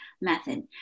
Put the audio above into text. method